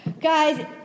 Guys